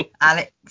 Alex